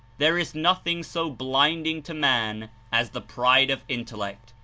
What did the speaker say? there is nothing so blinding to man as the pride of intellect,